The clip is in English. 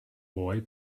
boy